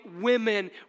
women